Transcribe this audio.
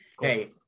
Hey